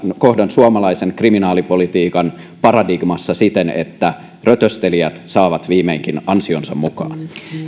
suomalaisen kriminaalipolitiikan paradigmassa siten että rötöstelijät saavat viimeinkin ansionsa mukaan